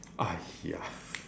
!aiya!